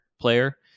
player